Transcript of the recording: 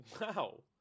Wow